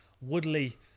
Woodley